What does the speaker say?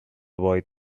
boy